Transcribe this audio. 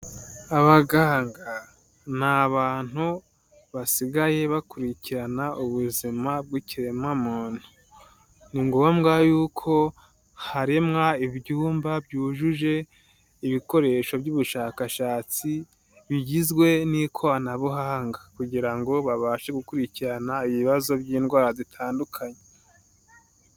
Abaganga ni abantu basigaye bakurikirana ubuzima bw'ikiremwamuntu. Ni ngombwa yuko haremwa ibyumba byujuje ibikoresho by'ubushakashatsi, bigizwe n'ikoranabuhanga kugira ngo babashe gukurikirana ibibazo by'indwara zitandukanye.